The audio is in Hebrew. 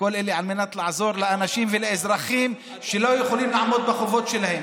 וכל אלה על מנת לעזור לאנשים ולאזרחים שלא יכולים לעמוד בחובות שלהם.